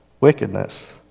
wickedness